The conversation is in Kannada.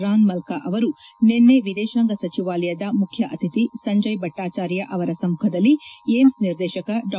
ರಾನ್ ಮಲ್ಲಾ ಅವರು ನಿನ್ನೆ ವಿದೇಶಾಂಗ ಸಚಿವಾಲಯದ ಮುಖ್ಯ ಅತಿಥಿ ಸಂಜಯ್ ಭಿಟ್ಟಾಚಾರ್ಯ ಅವರ ಸಮ್ಮುಖದಲ್ಲಿ ಏಮ್ಸ್ ನಿರ್ದೇಶಕ ಡಾ